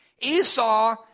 Esau